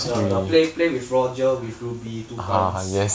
the the play play with roger with ruby two times